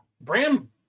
Bram